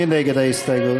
מי נגד ההסתייגות?